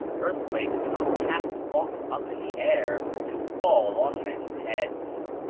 earthquakes do not cast rocks up in the air to fall on men's heads!